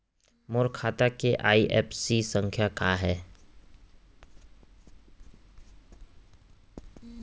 मोर खाता के आई.एफ.एस.सी संख्या का हे?